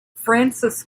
francis